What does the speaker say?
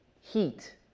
heat